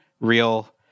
real